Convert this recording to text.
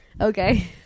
okay